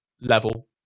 level